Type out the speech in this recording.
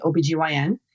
OBGYN